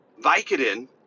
Vicodin